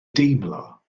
deimlo